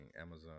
Amazon